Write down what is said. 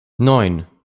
neun